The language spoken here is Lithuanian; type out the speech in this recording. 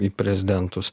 į prezidentus